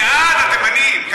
אני בעד התימנים.